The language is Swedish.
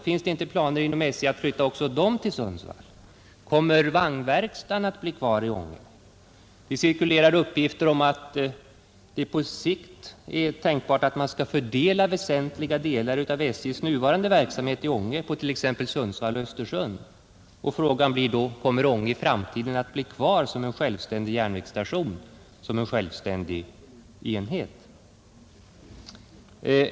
Finns det inte planer inom SJ att flytta också dem till Sundsvall? Kommer vagnverkstaden att bli kvar i Ånge? Det cirkulerar uppgifter om att det på sikt är tänkbart att man skall fördela väsentliga avsnitt av SJ:s nuvarande verksamhet i Ånge på t.ex. Sundsvall och Östersund. Och frågan blir då: Kommer Ånge i framtiden att bli kvar som en självständig järnvägsstation och som en självständig enhet?